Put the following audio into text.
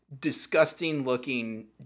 disgusting-looking